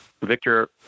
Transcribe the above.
Victor